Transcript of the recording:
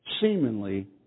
seemingly